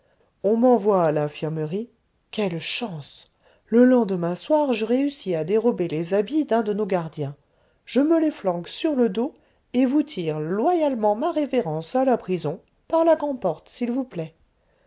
on m'envoie à l'infirmerie quelle chance le lendemain soir je réussis à dérober les habits d'un de nos gardiens je me les flanque sur le dos et vous tire loyalement ma révérence à la prison par la grand'porte s'il vous plaît